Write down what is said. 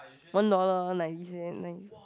one dollar ninety cent ninety